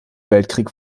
weltkrieg